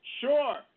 Sure